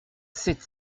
sept